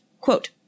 quote